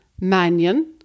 Mannion